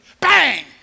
Bang